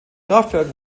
kraftwerk